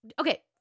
Okay